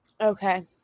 Okay